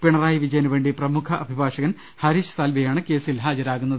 പിണറായി വിജ യനുവേണ്ടി പ്രമുഖ അഭിഭാഷകൻ ഹരീഷ് സാൽവെയാണ് കേസിൽ ഹാജരാകുന്നത്